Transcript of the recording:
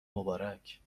مبارک